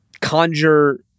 conjure